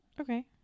Okay